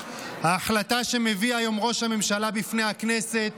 ההחלטה שמביא היום ראש הממשלה בפני הכנסת